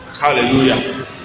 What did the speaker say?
Hallelujah